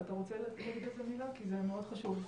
זה מאוד חשוב,